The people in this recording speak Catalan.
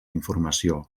informació